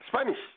Spanish